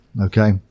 Okay